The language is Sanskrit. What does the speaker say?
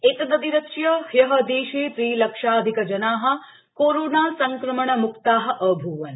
एतदतिरिच्य हयः देशे त्रिलक्षाधिकजनाः कोरोनासंक्रमणम्क्ता अभूवन्